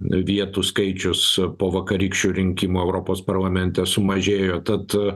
vietų skaičius po vakarykščių rinkimų europos parlamente sumažėjo tad